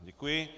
Děkuji.